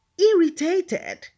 irritated